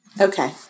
Okay